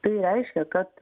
tai reiškia kad